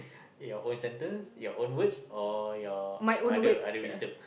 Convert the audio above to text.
ya your own sentence your own words or you other other wisdom